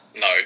no